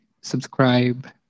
subscribe